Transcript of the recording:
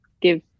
give